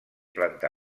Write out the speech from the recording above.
planta